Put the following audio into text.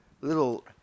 little